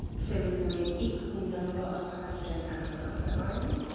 so there's going to be an equal number of hydrogen and hydroxide ions.